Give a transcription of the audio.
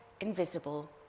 invisible